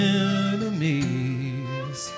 enemies